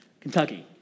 Kentucky